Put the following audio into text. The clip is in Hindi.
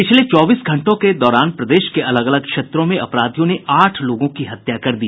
पिछले चौबीस घंटों के दौरान प्रदेश के अलग अलग क्षेत्रों में अपराधियों ने आठ लोगों की हत्या कर दी